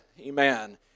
amen